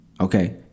Okay